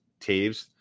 Taves